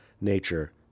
nature